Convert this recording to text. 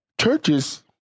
Churches